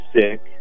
sick